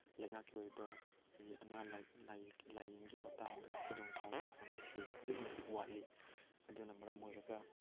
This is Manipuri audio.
ꯂꯩꯉꯥꯛꯀꯤ ꯑꯣꯏꯕ ꯑꯩꯈꯣꯏꯒꯤ ꯑꯅꯥ ꯂꯥꯏꯌꯦꯡꯒꯤ ꯃꯇꯥꯡꯗ ꯈꯨꯗꯣꯡ ꯆꯥꯕ ꯐꯪꯕꯁꯤ ꯑꯗꯨꯛꯀꯤ ꯃꯇꯤꯛ ꯋꯥꯠꯂꯤ ꯑꯗꯨꯅ ꯃꯔꯝ ꯑꯣꯏꯔꯒ